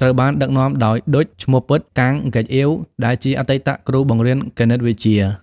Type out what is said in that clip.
ត្រូវបានដឹកនាំដោយ ឌុច ឈ្មោះពិត កាំង ហ្គេកអ៊ាវ ដែលជាអតីតគ្រូបង្រៀនគណិតវិទ្យា។